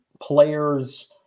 players